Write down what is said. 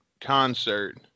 concert